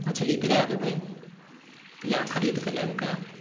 मछली गिराय देबय बीया खरीदके लाबि कऽ